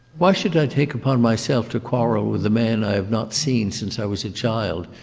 why should i take upon myself to quarrel with a man i have not seen since i was a child,